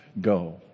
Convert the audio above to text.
go